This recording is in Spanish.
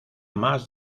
más